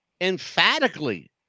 emphatically